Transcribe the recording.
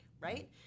Right